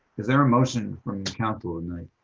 is there a motion from council ah tonight?